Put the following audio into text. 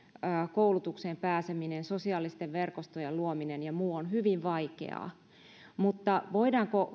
koulutukseen pääseminen sosiaalisten verkostojen luominen ja muu on hyvin vaikeaa mutta voidaanko